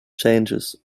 changes